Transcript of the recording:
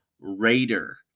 Raider